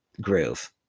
groove